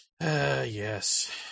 Yes